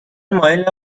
مایل